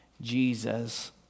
Jesus